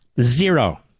zero